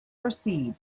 proceed